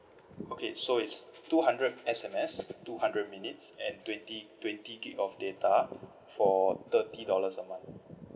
okay so it's two hundred S_M_S two hundred minutes and twenty twenty gig of data for thirty dollars a month